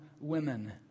women